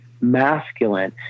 masculine